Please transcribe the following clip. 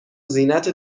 زینت